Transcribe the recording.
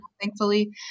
Thankfully